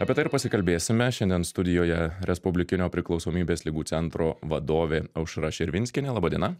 apie tai ir pasikalbėsime šiandien studijoje respublikinio priklausomybės ligų centro vadovė aušra širvinskienė laba diena